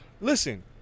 Listen